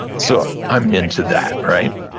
so i'm into that, right?